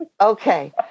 Okay